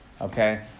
okay